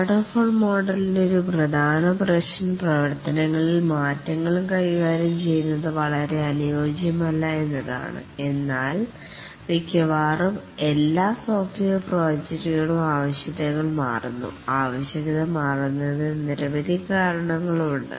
waterfall മോഡലിൻ്റെ ഒരു പ്രധാന പ്രശ്നം പ്രവർത്തനങ്ങളിൽ മാറ്റങ്ങൾ കൈകാര്യം ചെയ്യുന്നത് വളരെ അനുയോജ്യമല്ല എന്നതാണ് എന്നാൽ മിക്കവാറും എല്ലാ സോഫ്റ്റ്വെയർ പ്രോജക്ടുകളും ആവശ്യകതകൾ മാറുന്നു ആവശ്യകത മാറുന്നതിന് നിരവധി കാരണങ്ങളുണ്ട്